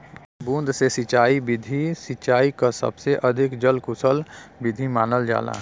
बूंद से सिंचाई विधि सिंचाई क सबसे अधिक जल कुसल विधि मानल जाला